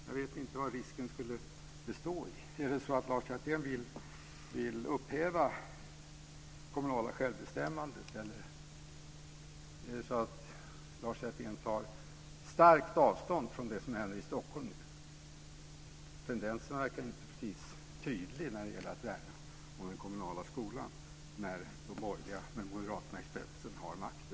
Jag vet inte vad risken skulle bestå i. Vill Lars Hjertén upphäva det kommunala självbestämmandet? Eller tar Lars Hjertén starkt avstånd från det som händer i Stockholm? Tendensen är inte tydlig i att värna den kommunala skolan när de borgerliga, med moderaterna i spetsen, har makten.